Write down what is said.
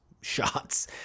shots